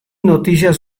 noticias